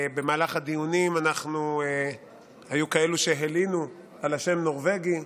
במהלך הדיונים היו כאלה שהלינו על השם "נורבגי",